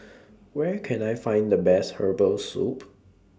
Where Can I Find The Best Herbal Soup